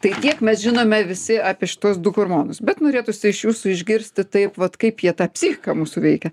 tai kiek mes žinome visi apie šituos du hormonus bet norėtųsi iš jūsų išgirsti taip vat kaip jie tą psichiką mūsų veikia